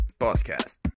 podcast